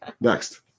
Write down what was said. Next